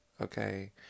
Okay